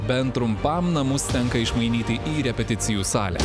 bent trumpam namus tenka išmainyti į repeticijų salę